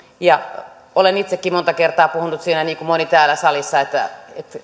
ja olen itsekin monta kertaa puhunut siitä niin kuin moni täällä salissa että